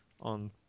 on